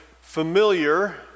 familiar